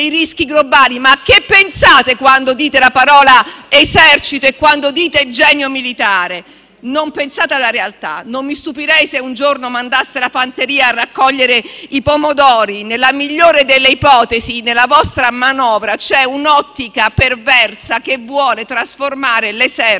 rischi globali? A che pensate quando dite le parole esercito e genio militare? Non pensate alla realtà. Non mi stupirei se un giorno mandaste la fanteria a raccogliere i pomodori! Nella migliore delle ipotesi, nella vostra manovra c'è un'ottica perversa che vuole trasformare l'esercito